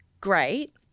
great